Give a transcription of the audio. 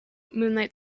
moonlight